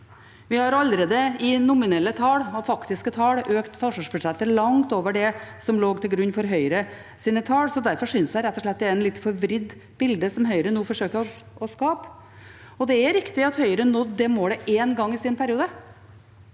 Vi har allerede i nominelle og faktiske tall økt forsvarsbudsjettet langt over det som lå til grunn for Høyres tall. Derfor synes jeg rett og slett det er et litt forvridd bilde Høyre nå forsøker å skape. Det er riktig at Høyre nådde det målet én gang i sin periode,